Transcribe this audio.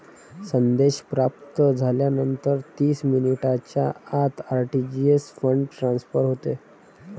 संदेश प्राप्त झाल्यानंतर तीस मिनिटांच्या आत आर.टी.जी.एस फंड ट्रान्सफर होते